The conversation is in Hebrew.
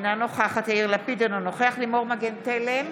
אינה נוכחת יאיר לפיד, אינו נוכח לימור מגן תלם,